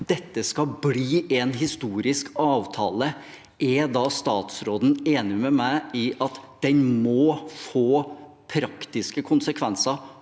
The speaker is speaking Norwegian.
dette skal bli en historisk avtale, er da statsråden enig med meg i at den må få praktiske konsekvenser